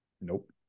Nope